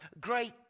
great